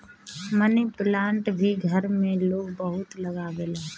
मनी plant भी घर में लोग खूब लगावेला